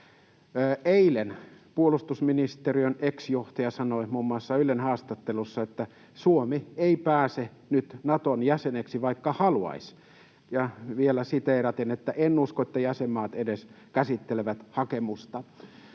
Eilen puolustusministeriön ex-johtaja sanoi muun muassa Ylen haastattelussa, että Suomi ei pääse nyt Naton jäseneksi, vaikka haluaisi, ja vielä siteeraten: ”En usko, että jäsenmaat edes käsittelevät hakemusta.”